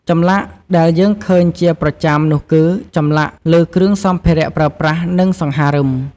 ចម្លាក់ដែលយើងឃើញជាប្រចាំនោះគឺ ចម្លាក់លើគ្រឿងសម្ភារៈប្រើប្រាស់ និងសង្ហារឹម។